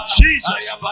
Jesus